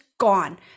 gone